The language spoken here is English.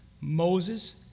Moses